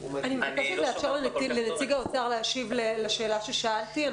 אני מבקשת לתת לנציג האוצר להשיב לשאלה ששאלתי.